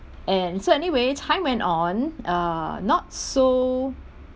and so anyway time went on uh not so